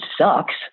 sucks